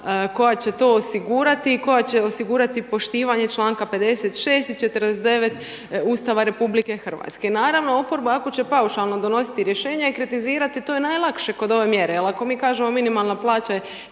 koja će to osigurati i koja će osigurati poštovanje članka 56. i 49. Ustava RH. Naravno, oporba ako će paušalno donositi rješenja i kritizirati, to je najlakše kod ove mjere jer ako mi kažemo minimalna plaća je